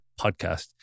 Podcast